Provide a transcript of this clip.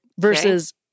versus